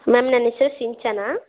ma'am ನನ್ನ ಹೆಸ್ರು ಸಿಂಚನ